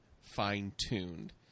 fine-tuned